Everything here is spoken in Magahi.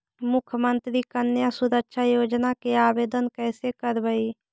मुख्यमंत्री कन्या सुरक्षा योजना के आवेदन कैसे करबइ?